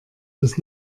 dass